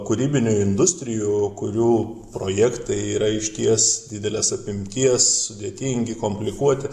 kūrybinių industrijų kurių projektai yra išties didelės apimties sudėtingi komplikuoti